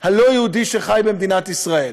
הלא-יהודי שחי במדינת ישראל,